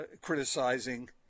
criticizing